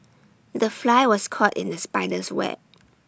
the fly was caught in the spider's web